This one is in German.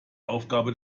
aufgabe